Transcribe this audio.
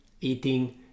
eating